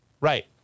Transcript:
Right